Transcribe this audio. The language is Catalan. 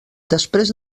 després